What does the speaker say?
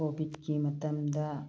ꯀꯣꯕꯤꯠꯀꯤ ꯃꯇꯝꯗ